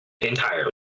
entirely